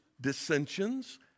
dissensions